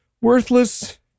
worthless